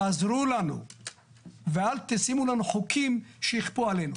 תעזרו לנו ואל תשימו לנו חוקים שיכפו עלינו.